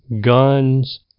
guns